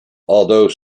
although